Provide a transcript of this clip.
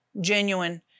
genuine